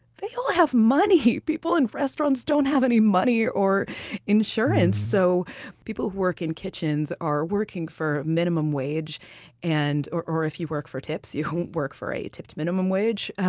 they all have money! people in restaurants don't have any money or or insurance so people who work in kitchens are working for minimum wage and or or if you work for tips you don't work for a tipped minimum wage.